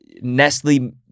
Nestle